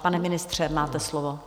Pane ministře, máte slovo.